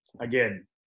again